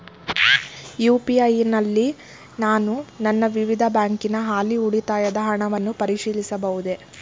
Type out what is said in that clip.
UPI ನಲ್ಲಿ ನಾನು ನನ್ನ ವಿವಿಧ ಬ್ಯಾಂಕಿನ ಹಾಲಿ ಉಳಿತಾಯದ ಹಣವನ್ನು ಪರಿಶೀಲಿಸಬಹುದೇ?